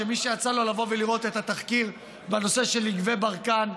שמי שיצא לו לראות את התחקיר בנושא יקבי ברקן,